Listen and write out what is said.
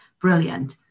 brilliant